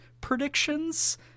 Predictions